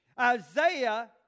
Isaiah